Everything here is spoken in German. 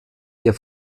der